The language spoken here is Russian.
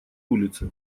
улице